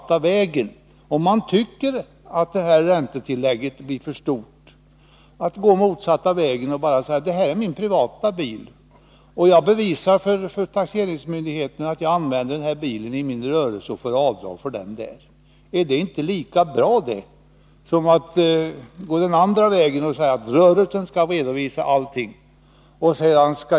Om man tycker att räntetillägget blir för stort kan man ju lika lätt gå den motsatta vägen. Jag kan ange för taxeringsmyndigheterna att det är fråga om min privata bil, bevisa att jag använder den i min rörelse och sedan göra avdrag för detta. Är det inte lika bra som att gå den andra vägen och låta allting redovisas via rörelsen?